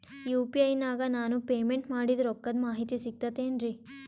UPI ನಾಗ ನಾನು payment ಮಾಡಿದ ರೊಕ್ಕದ ಮಾಹಿತಿ ಸಿಕ್ತಾತೇನ್ರೀ?